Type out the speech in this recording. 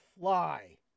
fly